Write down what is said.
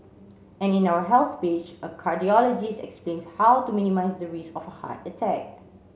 and in our health page a cardiologist explains how to minimise the risk of heart attack